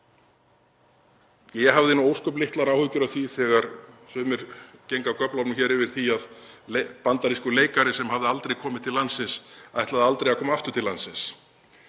Ég hafði nú ósköp litlar áhyggjur af því, þó að sumir gengju af göflunum yfir því, að bandarískur leikari sem hafði aldrei komið til landsins, ætlaði aldrei að koma aftur til landsins.